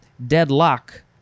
Deadlock